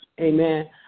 amen